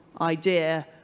idea